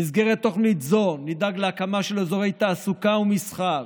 במסגרת תוכנית זו נדאג להקמה של אזורי תעסוקה ומסחר,